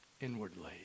inwardly